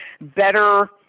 better